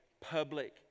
public